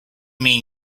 mean